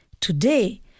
Today